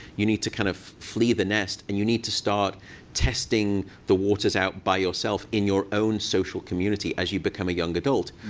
you need to kind of flee the nest, and you need to start testing the waters out by yourself in your own social community as you become a young adult.